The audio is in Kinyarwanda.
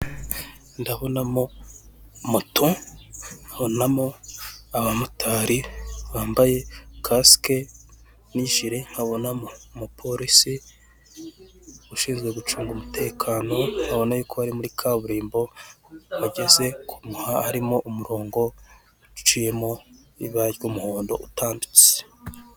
Ndabonamo moto, nkabonamo abamotari bambaye kasike n'ijire, nkabona umupolisi ushinzwe gucunga umutekano, nkabona y'uko ari muri kaburimbo bageze ku muhanda harimo umurongo uciyemo ibara ry'umuhondo utambitse.